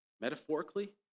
metaphorically